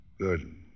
Good